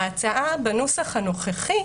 ההצעה בנוסח הנוכחי,